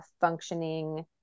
functioning